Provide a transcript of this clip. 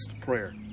prayer